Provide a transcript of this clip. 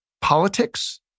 politics